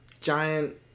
giant